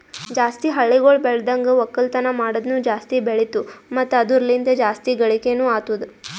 ಜಾಸ್ತಿ ಹಳ್ಳಿಗೊಳ್ ಬೆಳ್ದನ್ಗ ಒಕ್ಕಲ್ತನ ಮಾಡದ್ನು ಜಾಸ್ತಿ ಬೆಳಿತು ಮತ್ತ ಅದುರ ಲಿಂತ್ ಜಾಸ್ತಿ ಗಳಿಕೇನೊ ಅತ್ತುದ್